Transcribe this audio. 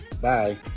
Bye